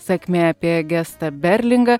sakmė apie gestą berlingą